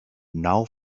nou